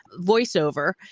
voiceover